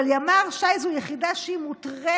אבל ימ"ר ש"י זו יחידה שהיא מוטרפת